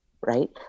right